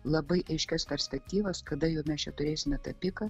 labai aiškias perspektyvas kada jau mes čia turėsime tą piką